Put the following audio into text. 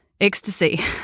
ecstasy